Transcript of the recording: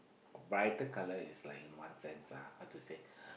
brighter colour is like in what sense ah how to say